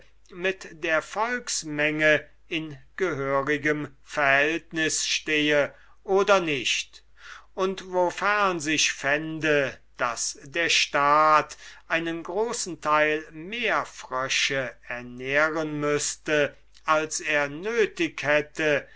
mit der volksmenge in gehörigem verhältnis stehe oder nicht und wofern sich fände daß der staat einen großen teil mehr frösche ernähren müßte als er nötig hätte